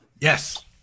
Yes